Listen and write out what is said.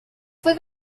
fue